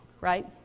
right